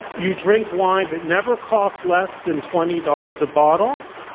you drink wine that never costs less than twenty dollars a bottle.